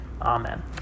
Amen